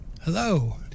hello